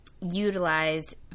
utilize